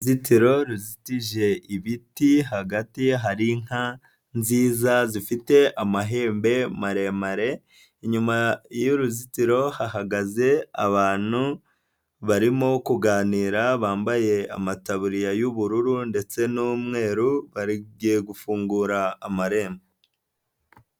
Uruzitiro ruzitije ibiti, hagati ye hari inka nziza zifite amahembe maremare, inyuma y'uruzitiro hahagaze abantu barimo kuganira bambaye amataburiya y'ubururu ndetse n'umweru bagiye gufungura amarembo.